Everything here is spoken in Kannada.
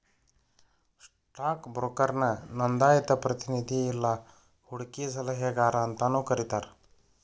ಸ್ಟಾಕ್ ಬ್ರೋಕರ್ನ ನೋಂದಾಯಿತ ಪ್ರತಿನಿಧಿ ಇಲ್ಲಾ ಹೂಡಕಿ ಸಲಹೆಗಾರ ಅಂತಾನೂ ಕರಿತಾರ